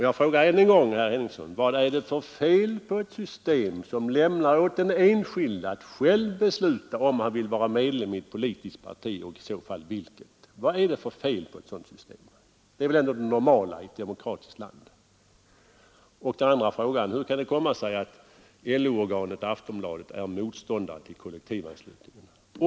Jag frågar ännu en gång herr Henningsson: Vad är det för fel på ett system som lämnar åt den enskilde att själv besluta om han vill vara medlem i ett politiskt parti och i så fall vilket? Det är väl ändå det normala i ett demokratiskt land. Och en annan fråga: Hur kan det komma sig att LO-organet Aftonbladet är motståndare till kollektivanslutningen?